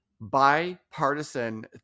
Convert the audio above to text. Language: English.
bipartisan